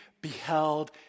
beheld